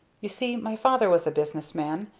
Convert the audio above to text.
you see my father was a business man,